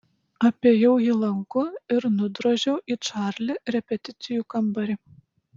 apėjau jį lanku ir nudrožiau į čarli repeticijų kambarį